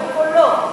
בקולו,